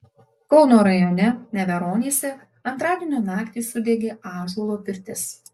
kauno rajone neveronyse antradienio naktį sudegė ąžuolo pirtis